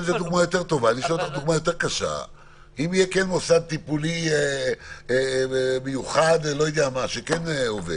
אם יהיה מוסד טיפולי מיוחד שעובד,